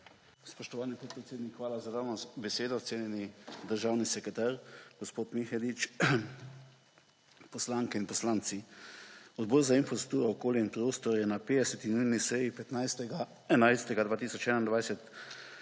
Spoštovani podpredsednik, hvala za dano besedo. Cenjeni državni sekretar, gospod Mihelič, poslanke in poslanci. Odbor za infrastrukturo, okolje in prostor je na 50. nujni seji, 15. 11. 2021